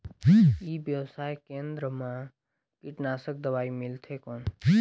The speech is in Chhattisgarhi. ई व्यवसाय केंद्र मा कीटनाशक दवाई मिलथे कौन?